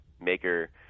Maker